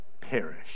perish